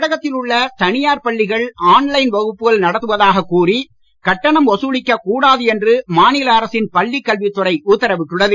தமிழகத்தில் உள்ள தனியார் பள்ளிகள் ஆன்லைன் வகுப்புகள் நடத்துவதாகக் கூறி கட்டணம் வசூலிக்கக் கூடாது என்று மாநில அரசின் பள்ளிக் கல்வித் துறை உத்தரவிட்டுள்ளது